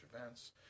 events